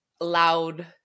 loud